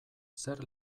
zer